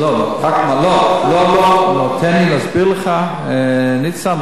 לא, תן לי להסביר לך, ניצן.